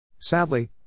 Sadly